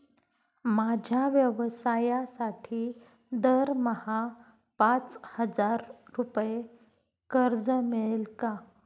माझ्या व्यवसायासाठी दरमहा पाच हजार रुपये कर्ज मिळेल का?